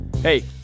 Hey